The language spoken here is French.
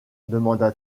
demanda